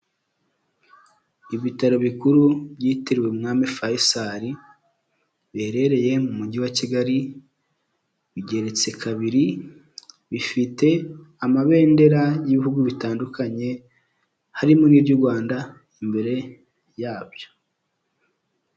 Ibitaro bikuru byitiriwe umwami Faisal biherereye mu mujyi wa Kigali bigeretse kabiri, bifite amabendera y'ibihugu bitandukanye harimo n'iry'u Rwanda imbere yabyo.